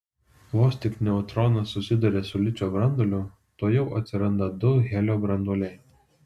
vos tik neutronas susiduria su ličio branduoliu tuojau atsiranda du helio branduoliai